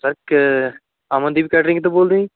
sir Amardeep catering ਤੋਂ ਬੋਲਦੇ ਹੋ ਜੀ